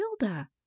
Hilda